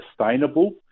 sustainable